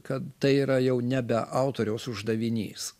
kad tai yra jau nebe autoriaus uždavinys